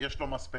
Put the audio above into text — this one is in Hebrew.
יש לו מספנה,